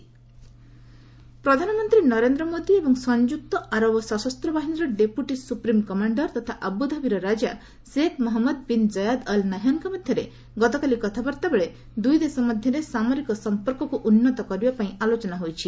PM Modi ପ୍ରଧାନମନ୍ତ୍ରୀ ନରେନ୍ଦ୍ର ମୋଦି ଏବଂ ସଂଯୁକ୍ତ ଆରବ ସଶସ୍ତ ବାହିନୀର ଡେପୁଟି ସୁପ୍ରିମ୍ କମାଣ୍ଡର ତଥା ଆବୁଧାବିର ରାଜା Sheikh Mohammed bin Zayed Al ନହ୍ୟାନ୍ଙ୍କ ମଧ୍ୟରେ ଗତକାଲି କଥାବାର୍ତ୍ତା ବେଳେ ଦୁଇ ଦେଶ ମଧ୍ୟରେ ସାମରିକ ସମ୍ପର୍କକୁ ଉନ୍ନତ କରିବା ପାଇଁ ଆଲୋଚନା ହୋଇଛି